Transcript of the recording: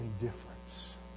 Indifference